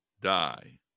die